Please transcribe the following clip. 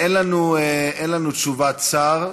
אין לנו תשובת שר.